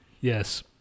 Yes